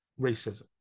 racism